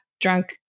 drunk